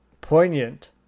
poignant